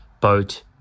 ...boat